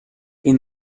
این